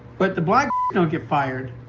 but the black don't get fired.